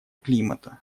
климата